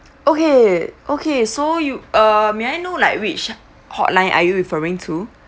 okay okay so you err may I know like which hotline are you referring to